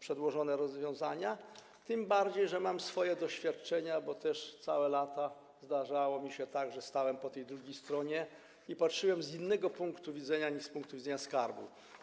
przedłożone rozwiązania, tym bardziej że mam swoje doświadczenia, bo też całe lata zdarzało się, że stałem po tej drugiej stronie i patrzyłem z innego punktu widzenia niż punkt widzenia Skarbu Państwa.